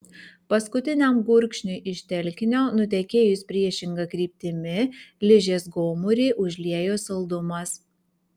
paskutiniam gurkšniui iš telkinio nutekėjus priešinga kryptimi ližės gomurį užliejo saldumas